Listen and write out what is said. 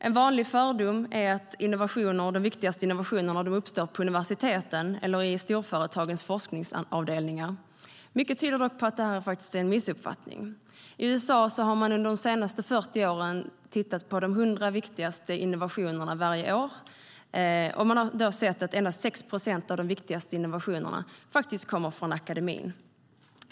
En vanlig fördom är att de viktigaste innovationerna uppstår på universiteten eller i storföretagens forskningsavdelningar. Mycket tyder dock på att det är en missuppfattning.I USA har man under de senaste 40 åren tittat på de hundra viktigaste innovationerna varje år, och endast 6 procent av de viktigaste innovationerna kommer från akademin.